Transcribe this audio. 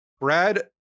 Brad